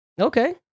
Okay